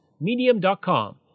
Medium.com